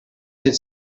had